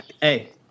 Hey